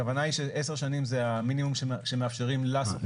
הכוונה היא ש-10 שנים זה המינימום שמאפשרים לשוכר.